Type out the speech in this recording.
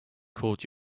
caught